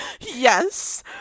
Yes